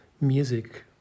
music